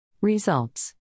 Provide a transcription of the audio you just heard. Results